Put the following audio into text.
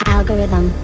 Algorithm